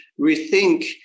rethink